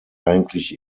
eigentlich